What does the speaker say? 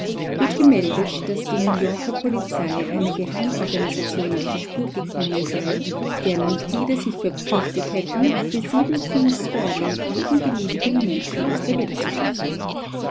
wird gemeldet daß die new-yorker polizei einer geheimorganisation auf die spur gekommen sei deren mitglieder sich verpflichtet hätten für sieben pfund sterling jeden beliebigen menschen aus der welt zu schaffen